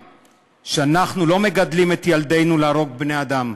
שאנחנו לא מגדלים את ילדינו להרוג בני-אדם,